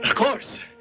ah course.